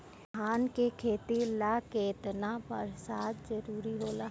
धान के खेती ला केतना बरसात जरूरी होला?